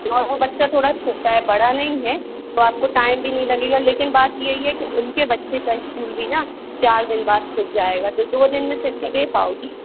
और वो बच्चा थोड़ा छोटा है बड़ा नहीं है तो आपको टाइम भी नहीं लगेगा लेकिन बात ये है की उनके बच्चे का स्कूल भी ना चार दिन बाद खुल जाएगा तो दो दिन में सिल के दे पाओगी